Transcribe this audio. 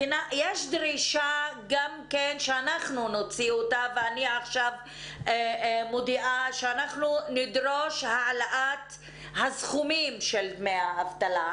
אני עכשיו מודיעה שאנחנו נדרוש העלאת הסכומים של דמי האבטלה,